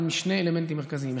משני אלמנטים מרכזיים.